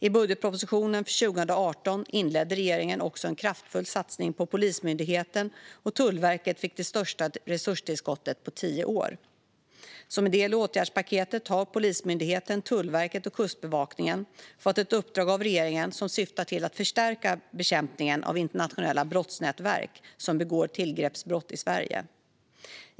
I budgetpropositionen för 2018 inledde regeringen också en kraftfull satsning på Polismyndigheten, och Tullverket fick det största resurstillskottet på tio år. Som en del i åtgärdspaketet har Polismyndigheten, Tullverket och Kustbevakningen fått ett uppdrag av regeringen som syftar till att förstärka bekämpningen av internationella brottsnätverk som begår tillgreppsbrott i Sverige.